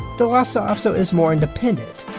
the lhasa apso is more independent.